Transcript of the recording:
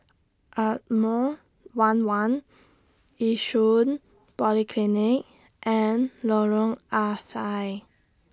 Ardmore one one Yishun Polyclinic and Lorong Ah Thia